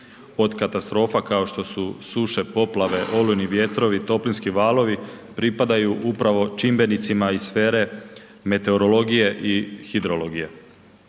od katastrofa kao što su suše, poplave, olujni vjetrovi, toplinski valovi, pripadaju upravo čimbenicima iz sfere meteorologije i hidrologije.